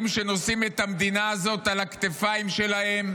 שנושאים את המדינה הזאת על הכתפיים שלהם.